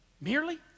Merely